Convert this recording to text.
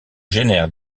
génère